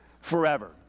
forever